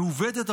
מעוותת,